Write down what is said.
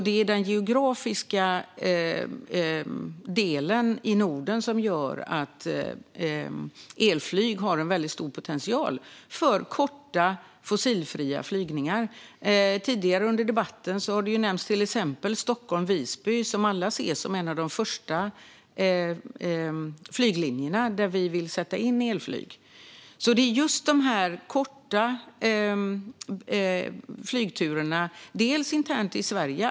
Det är den geografiska delen i Norden som gör att elflyg har väldigt stor potential för korta och fossilfria flygningar. Tidigare under debatten har sträckan Stockholm-Visby nämnts. Detta är en av första flyglinjer där vi vill sätta in elflyg. Det handlar om just de korta flygturerna, bland annat inom Sverige.